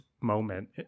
moment